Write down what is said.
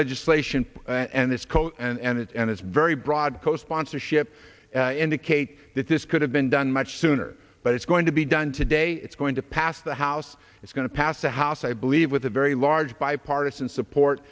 legislation and this code and it and it's very broad co sponsorship indicate that this could have been done much sooner but it's going to be done today it's going to pass the house it's going to pass the house i believe with a very large bipartisan support